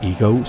Ego